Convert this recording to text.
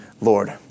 Lord